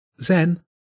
Zen